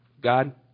God